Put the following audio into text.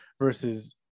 versus